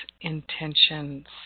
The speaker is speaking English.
Intentions